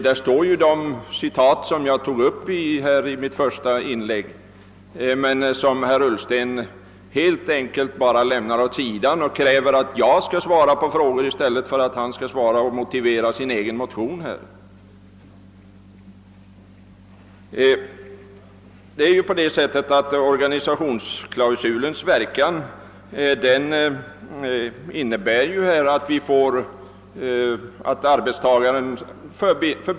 Där står de citat som jag anförde i mitt första inlägg men som herr Ullsten nu helt enkelt lämnar åt sidan. I stället för att motivera sin egen motion kräver han att jag skall svara på frågor.